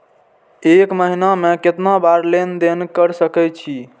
एक महीना में केतना बार लेन देन कर सके छी?